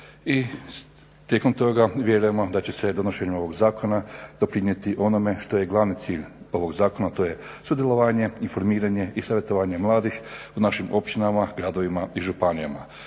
I tijekom toga vjerujemo da će se donošenjem ovoga Zakona doprinijeti onome što je glavni cilj ovog zakona, a to je sudjelovanje, informiranje i savjetovanje mladih u našim općinama, gradovima i županijama.